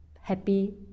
happy